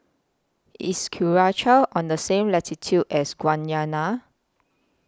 IS Curacao on The same latitude as Guyana